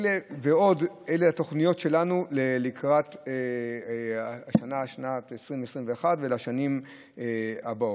אלה התוכניות שלנו לקראת שנת 2021 ולשנים הבאות.